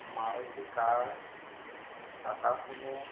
Maruti car Tata sumo